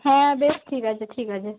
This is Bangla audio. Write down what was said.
হ্যাঁ বেশ ঠিক আছে ঠিক আছে